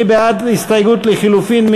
מי בעד הסתייגות לחלופין?